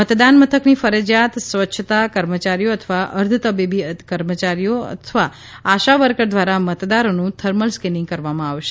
મતદાન મથકની ફરજીયાત સ્વચ્છતા કર્મચારીઓ અથવા અર્ધ તબીબી કર્મચારીઓ અથવા આશા વર્કર દ્વારા મતદારોનું થર્મલ સ્કેનીંગ કરવામાં આવશે